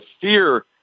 fear